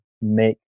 make